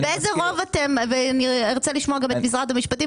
באיזה רוב אתם ואני ארצה לשמוע את משרד המשפטים